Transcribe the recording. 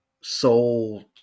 soul